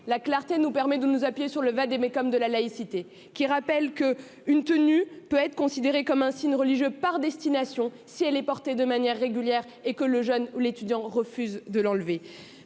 la clarté, nous permet de nous appuyer sur le vade-mecum de la laïcité, qui rappelle que une tenue peut être considéré comme un signe religieux par destination, si elle est porté de manière régulière et que le jeune ou l'étudiant refuse de l'enlever,